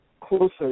closer